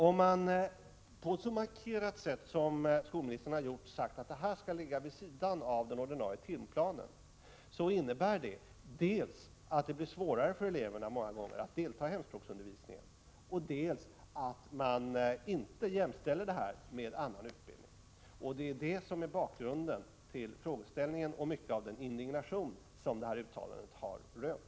Om man på ett så markerat sätt som skolministern har gjort säger att det här skall ligga vid sidan om den ordinarie timplanen, innebär det dels att det många gånger blir svårare för eleverna att delta i hemspråksundervisningen, dels att man inte jämställer denna med annan undervisning. Det är detta som är bakgrunden till frågeställningen och till mycket av den indignation som det här uttalandet har väckt.